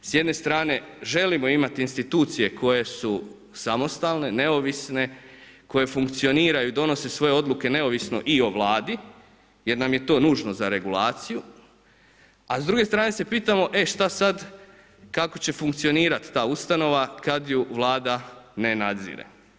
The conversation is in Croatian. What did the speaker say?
S jedne strane želimo imati institucije koje su samostalne, neovisne, koje funkcioniraju, donose svoje odluke neovisno i o Vladi, jer nam je to nužno za regulaciju, a s druge strane se pitamo e šta sad, kako će funkcionirat ta ustanova kad ju Vlada ne nadzire.